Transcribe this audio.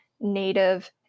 native